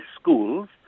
schools